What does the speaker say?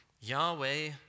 Yahweh